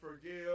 forgive